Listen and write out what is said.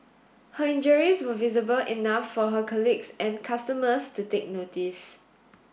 her injuries were visible enough for her colleagues and customers to take notice